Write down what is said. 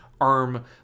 arm